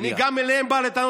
אני גם אליהם בא בטענות.